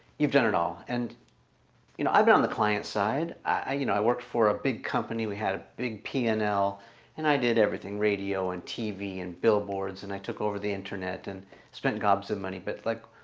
you've done it all and you know i've been on the client side. i you know, i worked for a big company we had a big p and l and i did everything radio and tv and billboards and i took over the internet and spent gobs of money, but like